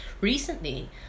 Recently